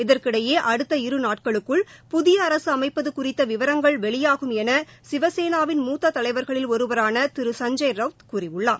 இதற்கிடையே அடுத்த இரு நாட்களுக்குள் புதிய அரசு அமைப்பது குறித்த விவரங்கள் வெளியாகும் என சிவசேனாவின் மூத்த தலைவர்களில் ஒருவரான திரு சஞ்ஜய் ரவ்த் கூறியுள்ளார்